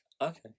Okay